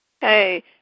Hey